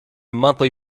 monthly